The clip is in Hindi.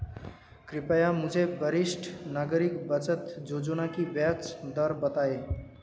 कृपया मुझे वरिष्ठ नागरिक बचत योजना की ब्याज दर बताएं